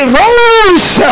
rose